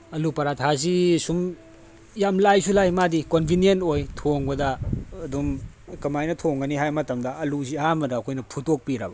ꯑꯂꯨ ꯄꯔꯥꯊꯥꯁꯤ ꯁꯨꯝ ꯌꯥꯝ ꯂꯥꯏꯁꯨ ꯂꯥꯏ ꯃꯥꯗꯤ ꯀꯣꯟꯚꯤꯅꯤꯌꯟ ꯑꯣꯏ ꯊꯣꯡꯕꯗ ꯑꯗꯨꯝ ꯀꯃꯥꯏꯅ ꯊꯣꯡꯒꯅꯤ ꯍꯥꯏꯕ ꯃꯇꯝꯗ ꯑꯂꯨꯁꯤ ꯑꯍꯥꯟꯕꯗ ꯑꯩꯈꯣꯏꯅ ꯐꯨꯠꯇꯣꯛꯄꯤꯔꯕ